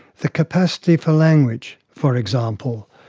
the capacity for language, for example,